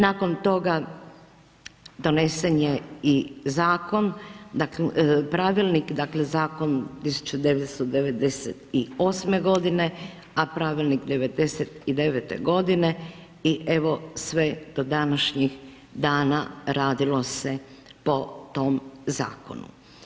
Nakon toga donesen je i zakon, pravilnik, dakle zakon 1998. godine, a pravilnik '99. godine i evo sve do današnjeg dana radilo se po tom zakonu.